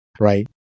right